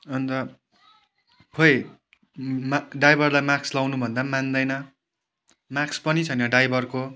अन्त खोई मा ड्राइभरलाई मास्क लाउनु भन्दा पनि मान्दैन मास्क पनि छैन ड्राइभरको